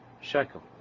shekel